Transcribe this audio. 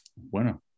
bueno